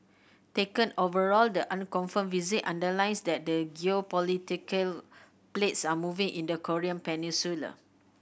taken overall the unconfirmed visit underlines that the geopolitical plates are moving in the Korean Peninsula